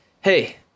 hey